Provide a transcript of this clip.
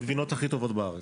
הגבינות הכי טובות בארץ.